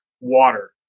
water